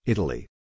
Italy